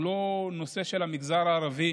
הוא לא נושא של המגזר הערבי,